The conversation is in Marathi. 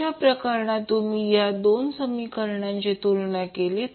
अशा प्रकरणात तुम्ही या दोन समीकरणांची तुलना केलीत